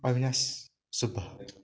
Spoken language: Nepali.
अविनास सुब्बा